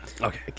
Okay